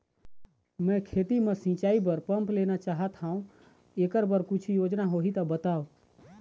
मैं खेती म सिचाई बर पंप लेना चाहत हाव, एकर बर कुछू योजना होही त बताव?